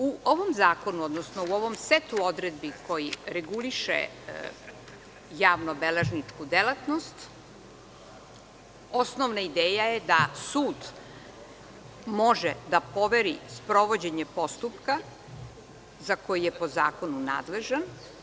U ovom zakonu, odnosno u ovom setu odredbi koji reguliše javno-beležničku delatnost osnovna ideja je da sud može da poveri sprovođenje postupka za koji je po zakonu nadležan.